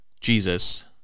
Jesus